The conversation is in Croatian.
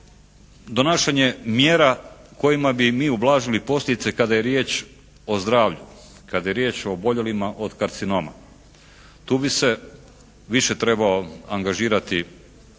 donašanje mjera kojima bi mi ublažili posljedice kada je riječ o zdravlju, kada je riječ o oboljelima od karcinoma. Tu bi se više trebao angažirati onaj